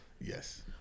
Yes